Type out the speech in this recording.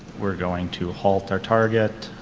we're going to halt our target.